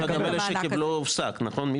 מי